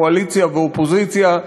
קואליציה ואופוזיציה,